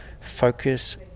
focus